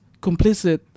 complicit